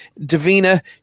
Davina